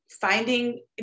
finding